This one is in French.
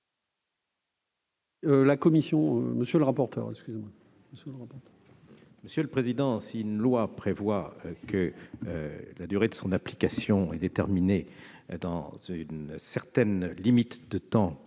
M. le rapporteur. Une loi qui prévoit que la durée de son application est déterminée dans une certaine limite de temps